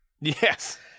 Yes